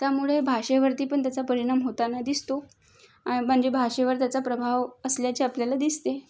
त्यामुळे भाषेवरती पण त्याचा परिणाम होताना दिसतो आ म्हणजे भाषेवर त्याचा प्रभाव असल्याचे आपल्याला दिसते